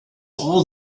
all